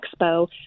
expo